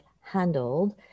handled